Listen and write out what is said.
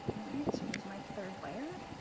right, so there's my third layer.